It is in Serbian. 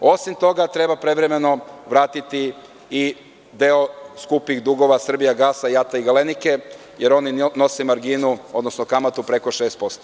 Osim toga, treba prevremeno vratiti i deo skupih dugova „Srbijagasa“, JAT i „Galenike“, jer oni nose marginu, odnosno kamatu preko 60%